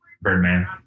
birdman